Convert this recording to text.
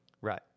Right